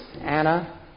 Anna